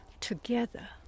together